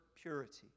purity